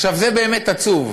זה באמת עצוב.